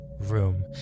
room